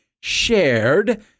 shared